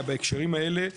בהקשרים האלה,